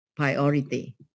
priority